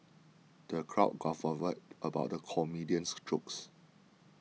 the crowd guffawed about the comedian's jokes